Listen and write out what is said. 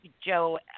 Joe